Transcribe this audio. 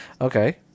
okay